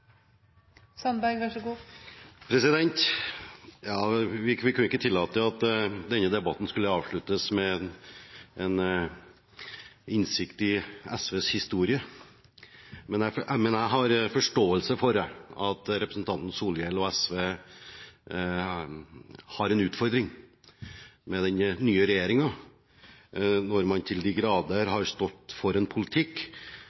Vi kunne ikke tillate at denne debatten skulle avsluttes med en innsikt i SVs historie. Men jeg har forståelse for at representanten Solhjell og SV har en utfordring med den nye regjeringen, når man til de grader